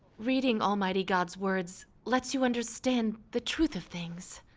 reading almighty god's words let you understand the truth of things.